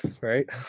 right